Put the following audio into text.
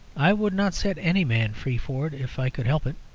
i would not set any man free for it if i could help it.